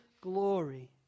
glory